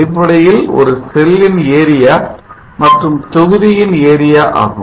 அடிப்படையில் அது செல்லின் ஏரியா மற்றும் தொகுதியின் ஏரியா ஆகும்